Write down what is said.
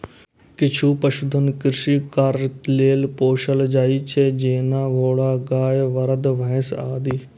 किछु पशुधन कृषि कार्य लेल पोसल जाइ छै, जेना घोड़ा, गाय, बरद, भैंस आदि